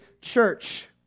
church